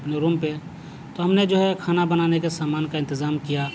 اپنے روم پہ تو ہم نے جو ہے کھانا بنانے کے سامان کا انتظام کیا